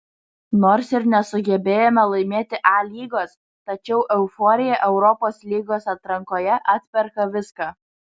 nors ir nesugebėjome laimėti a lygos tačiau euforija europos lygos atrankoje atperka viską